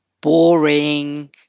boring